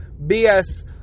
bs